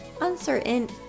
uncertain